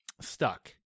stuck